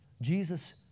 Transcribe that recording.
Jesus